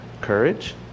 courage